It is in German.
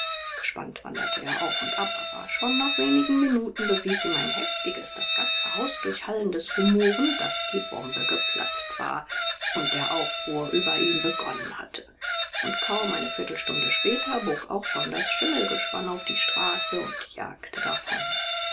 gespannt wanderte er auf und ab aber schon nach wenigen minuten bewies ihm ein heftiges das ganze haus durchhallendes rumoren daß die bombe geplatzt war und der aufruhr über ihm begonnen hatte und kaum eine viertelstunde später bog auch schon das schimmelgespann auf die straße und jagte davon